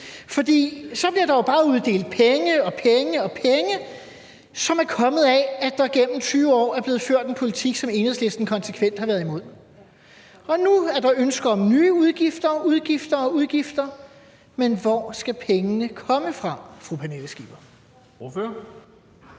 jo så bare bliver uddelt penge og penge og penge, som er kommet af, at der gennem 20 år er blevet ført en politik, som Enhedslisten konsekvent har været imod. Nu er der ønske om nye udgifter og udgifter og udgifter, men hvor skal pengene komme fra, fru Pernille Skipper?